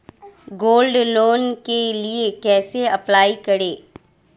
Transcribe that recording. Gold loan के लिए कैसे अप्लाई करें?